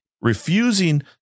refusing